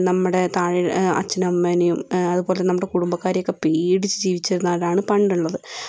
നമ്മുടെ താഴെ അച്ഛനും അമ്മേനെയും അതുപോലെ നമ്മുടെ കുടുംബക്കാരെയൊക്കെ പേടിച്ച് ജീവിച്ചിരുന്നവരാണ് പണ്ട് ഉള്ളത്